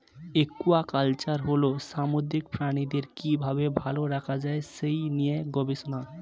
aquaculture হল সামুদ্রিক প্রাণীদের কি ভাবে ভালো রাখা যায় সেই নিয়ে গবেষণা